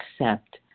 accept